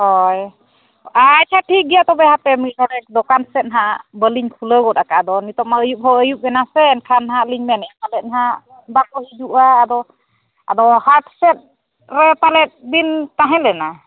ᱦᱳᱭ ᱟᱪᱪᱷᱟ ᱴᱷᱤᱠ ᱜᱮᱭᱟ ᱛᱚᱵᱮ ᱦᱟᱯᱮᱢᱤᱫ ᱰᱚᱸᱰᱮᱠ ᱫᱚᱠᱟᱱ ᱥᱮᱫ ᱦᱟᱸᱜ ᱵᱟᱹᱞᱤᱧ ᱠᱷᱩᱞᱟᱹᱣ ᱜᱚᱫ ᱠᱟᱜᱼᱟ ᱫᱚ ᱱᱤᱛᱚᱜ ᱢᱟ ᱟᱹᱭᱩᱵ ᱦᱚᱸ ᱟᱹᱭᱩᱵ ᱮᱱᱟ ᱥᱮ ᱮᱱᱠᱷᱟᱱ ᱦᱟᱸᱜ ᱞᱤᱧ ᱢᱮᱱᱮᱫ ᱯᱟᱞᱮᱫ ᱦᱟᱸᱜ ᱵᱟᱠᱚ ᱦᱤᱡᱩᱜᱼᱟ ᱟᱫᱚ ᱦᱟᱴ ᱥᱮᱫ ᱨᱮ ᱯᱟᱞᱮᱫ ᱵᱤᱱ ᱛᱟᱦᱮᱸ ᱞᱮᱱᱟ